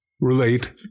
relate